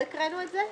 לא הקראנו את זה?